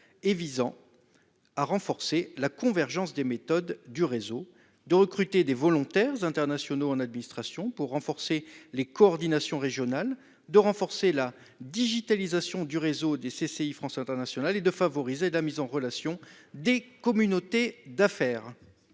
et visant à renforcer la convergence des méthodes du réseau, de recruter des volontaires internationaux en administration pour renforcer les coordinations régionales, de promouvoir la digitalisation du réseau CCI France International à l'étranger et de favoriser la mise en relation des communautés d'affaires.